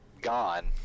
gone